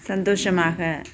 சந்தோஷமாக